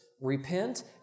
Repent